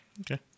Okay